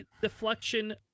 deflection